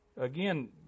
again